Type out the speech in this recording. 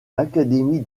l’académie